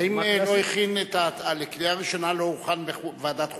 האם לקריאה ראשונה הוא לא הוכן בוועדת חוקה?